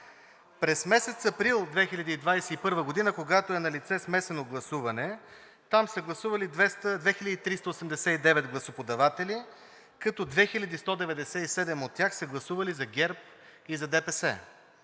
През месец април 2021 г., когато е налице смесено гласуване, там са гласували 2389 гласоподаватели, като 2197 от тях са гласували за ГЕРБ и за ДПС.